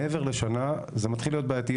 מעבר לשנה זה מתחיל להיות בעייתי.